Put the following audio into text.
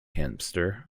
hamster